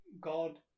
God